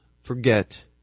forget